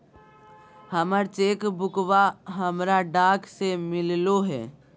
हमर चेक बुकवा हमरा डाक से मिललो हे